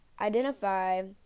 identify